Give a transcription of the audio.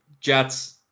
Jets